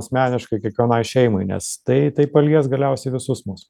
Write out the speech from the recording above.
asmeniškai kiekvienai šeimai nes tai tai palies galiausiai visus mus